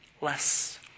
less